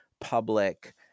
public